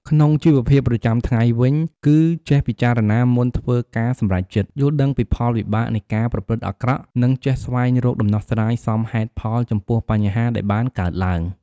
ក្នុងជីវភាពប្រចាំថ្ងៃវិញ គឺចេះពិចារណាមុនធ្វើការសម្រេចចិត្ត យល់ដឹងពីផលវិបាកនៃការប្រព្រឹត្តអាក្រក់ និងចេះស្វែងរកដំណោះស្រាយសមហេតុផលចំពោះបញ្ហាដែលបានកើតឡើង។